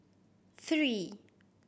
three